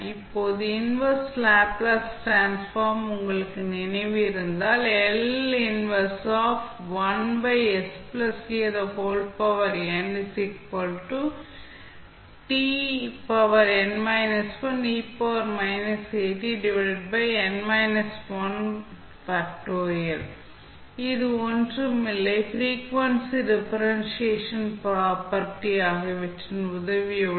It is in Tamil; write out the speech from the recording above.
இப்போது இன்வெர்ஸ் லேப்ளேஸ் டிரான்ஸ்ஃபார்ம் உங்களுக்கு நினைவில் இருந்தால் இது ஒன்றும் இல்லை ஃப்ரீக்வன்சி டிஃபரென்ஷியேஷன் ப்ராப்பர்ட்டி ஆகியவற்றின் உதவியுடன்